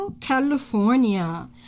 california